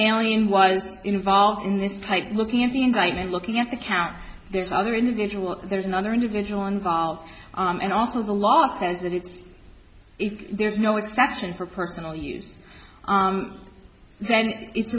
alien was involved in this type looking at the indictment looking at the count there's another individual there's another individual involved and also the law says that it's there's no exception for personal use then it's